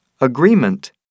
agreement